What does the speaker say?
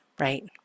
right